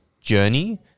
journey